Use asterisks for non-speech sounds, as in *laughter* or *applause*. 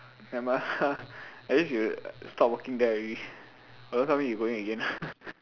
never mind *laughs* at least you stop working there already or don't tell me you going again